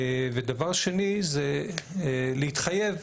דבר שני זה להתחייב,